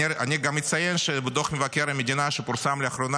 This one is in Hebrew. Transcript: אני גם אציין שבדוח מבקר המדינה שפורסם לאחרונה